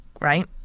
right